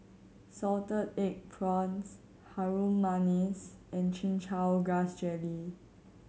salted egg prawns Harum Manis and Chin Chow Grass Jelly